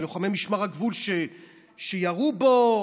לוחמי משמר הגבול שירו בו,